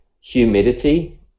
humidity